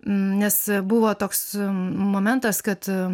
nes buvo toks momentas kad